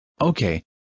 Okay